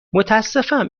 متأسفم